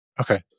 Okay